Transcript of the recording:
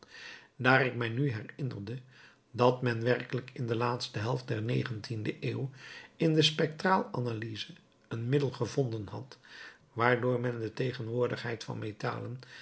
daar ik mij nu herinnerde dat men werkelijk in de laatste helft der negentiende eeuw in de spectraalanalyse een middel gevonden had waardoor men de tegenwoordigheid van metalen